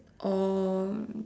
or